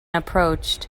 approached